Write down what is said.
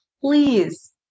please